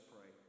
pray